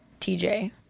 TJ